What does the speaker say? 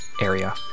area